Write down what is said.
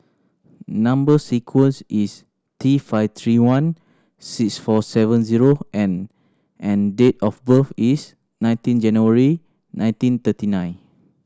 number sequence is T five three one six four seven zero N and date of birth is nineteen January nineteen thirty nine